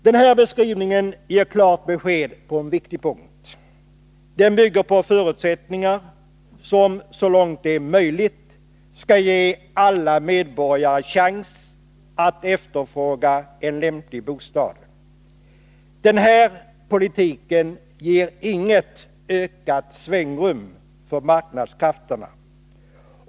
Denna beskrivning ger klart besked på en viktig punkt. Den bygger på förutsättningar som så långt som möjligt skall ge alla medborgare chans att efterfråga en lämplig bostad. Den här politiken ger inget ökat svängrum för marknadskrafterna.